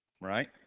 Right